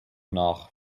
nach